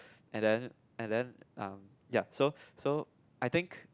and then and then um ya so so I think